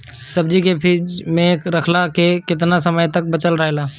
सब्जी के फिज में रखला पर केतना समय तक बचल रहेला?